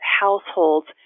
households